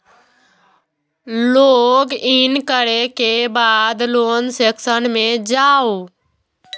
log in करै के बाद लोन सेक्शन मे जाउ